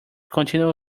continual